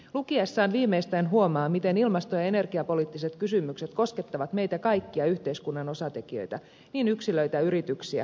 lukiessaan viimeistään huomaa miten ilmasto ja energiapoliittiset kysymykset koskettavat meitä kaikkia yhteiskunnan osatekijöitä niin yksilöitä yrityksiä aivan kaikkia